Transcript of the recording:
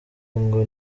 ngo